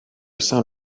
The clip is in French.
saint